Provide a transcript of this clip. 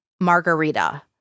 margarita